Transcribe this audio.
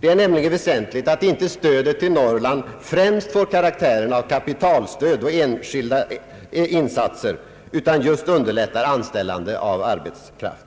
Det är nämligen väsentligt att inte stödet till Norrland främst får karaktären av kapitalstöd och enskilda insatser utan just underlättar anställandet av arbetskraft.